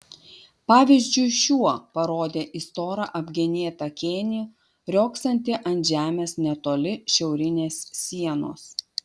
pavyzdžiui šiuo parodė į storą apgenėtą kėnį riogsantį ant žemės netoli šiaurinės sienos